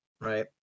right